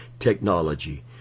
technology